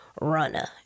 runner